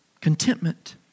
contentment